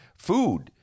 food